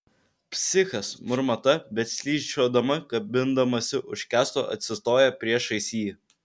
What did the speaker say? psichas murma ta bet slysčiodama kabindamasi už kęsto atsistoja priešais jį